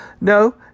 No